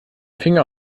finger